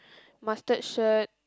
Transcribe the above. mustard shirt